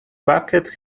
bucket